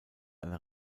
einer